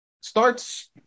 starts